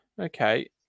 okay